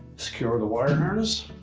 secure the wire harness,